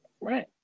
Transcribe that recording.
Right